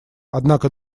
однако